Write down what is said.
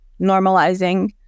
normalizing